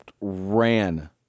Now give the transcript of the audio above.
ran